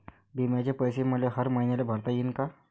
बिम्याचे पैसे मले हर मईन्याले भरता येईन का?